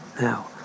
Now